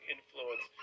Influence